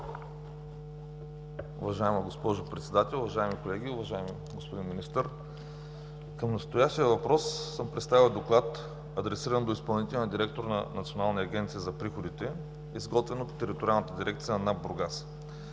Уважаема госпожо Председател, уважаеми колеги, Уважаеми господин Министър! Към настоящия въпрос съм представил и доклад, адресиран до изпълнителния директор на Националната агенция за приходите, изготвен от Териториалната дирекция на НАП – Бургас.